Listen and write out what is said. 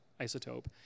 isotope